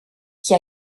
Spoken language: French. qui